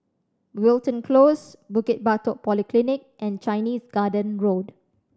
Wilton Close Bukit Batok Polyclinic and Chinese Garden Road